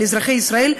של אזרחי ישראל,